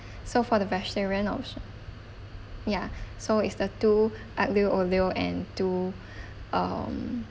so for the vegetarian option ya so is the two aglio olio and two um